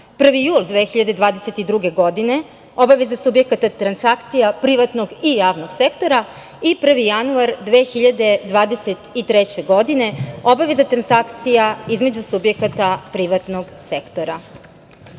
1. jul 2022. godine – obaveza subjekata transakcija privatnog i javnog sektora; 1. januar 2023. godine – obaveza transakcija između subjekata privatnog sektora. Moram,